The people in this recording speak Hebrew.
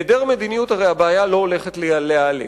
בהעדר מדיניות, הרי הבעיה לא הולכת להיעלם.